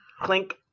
Clink